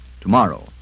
tomorrow